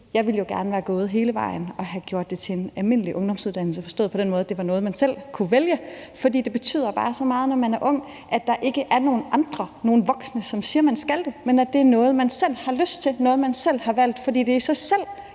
jeg jo gerne ville være gået hele vejen og have gjort det til en almindelig ungdomsuddannelse forstået på den måde, at det var noget, man selv kunne vælge. For det betyder bare så meget, når man er ung, at der ikke er nogle andre, nogle voksne, som siger, at man skal det, men at det er noget, man selv har lyst til, noget, man selv har valgt, fordi det i sig selv